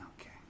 Okay